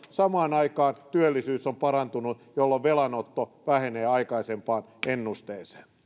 samaan aikaan työllisyys on parantunut jolloin velanotto vähenee aikaisempaan ennusteeseen